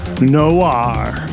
Noir